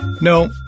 No